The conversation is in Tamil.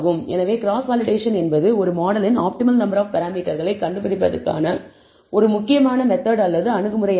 எனவே கிராஸ் வேலிடேஷன் என்பது ஒரு மாடலின் ஆப்டிமல் நம்பர் ஆப் பராமீட்டர்களை கண்டுபிடிப்பதற்கான ஒரு முக்கியமான மெத்தட் அல்லது அணுகுமுறையாகும்